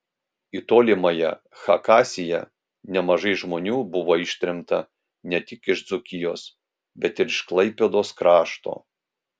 į tolimąją chakasiją nemažai žmonių buvo ištremta ne tik iš dzūkijos bet ir iš klaipėdos krašto